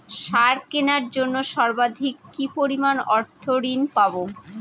সার কেনার জন্য সর্বাধিক কি পরিমাণ অর্থ ঋণ পাব?